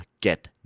get